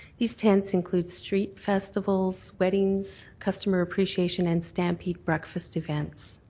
these tents include street festivals, weddings, customer appreciation, and stampede breakfast events.